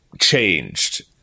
changed